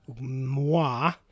moi